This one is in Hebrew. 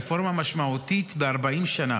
הרפורמה המשמעותית ב-40 שנה,